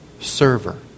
server